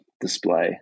display